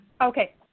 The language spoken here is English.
Okay